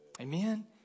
Amen